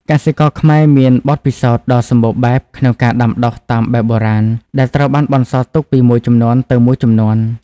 កសិករខ្មែរមានបទពិសោធន៍ដ៏សម្បូរបែបក្នុងការដាំដុះតាមបែបបុរាណ ដែលត្រូវបានបន្សល់ទុកពីមួយជំនាន់ទៅមួយជំនាន់។